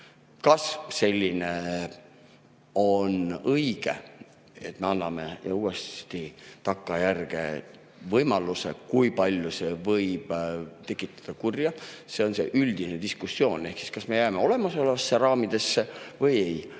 Kas see on õige, et me anname uuesti takkajärgi võimaluse? Kui palju see võib tekitada kurja? See on see üldine diskussioon ehk see, kas me jääme olemasolevatesse raamidesse või ei.